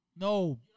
No